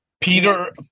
Peter